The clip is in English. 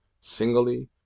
singly